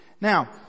Now